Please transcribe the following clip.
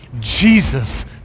Jesus